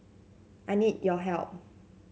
I need your help